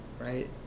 right